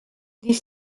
les